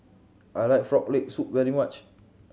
I like Frog Leg Soup very much